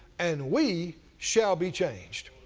and we shall be changed.